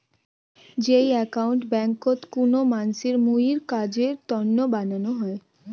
যেই একাউন্ট ব্যাংকোত কুনো মানসির মুইর কাজের তন্ন বানানো হই